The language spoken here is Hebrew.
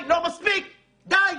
די.